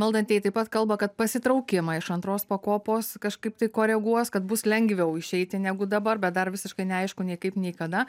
valdantieji taip pat kalba kad pasitraukimą iš antros pakopos kažkaip tai koreguos kad bus lengviau išeiti negu dabar bet dar visiškai neaišku nei kaip nei kada